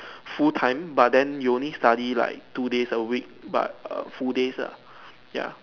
full time but then you need study like two days a week but err full days ah ya